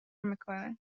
میکنه